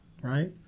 right